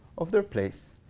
of their place,